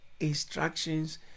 instructions